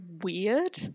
weird